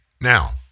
Now